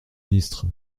ministre